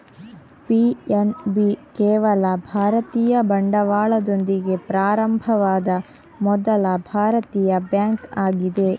PNB ಕೇವಲ ಭಾರತೀಯ ಬಂಡವಾಳದೊಂದಿಗೆ ಪ್ರಾರಂಭವಾದ ಮೊದಲ ಭಾರತೀಯ ಬ್ಯಾಂಕ್ ಆಗಿದೆ